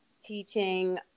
teaching